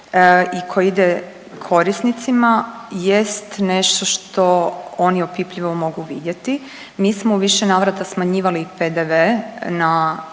i koji ide korisnicima jest nešto što oni opipljivo mogu vidjeti. Mi smo u više navrata smanjivali i PDV